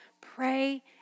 pray